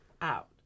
out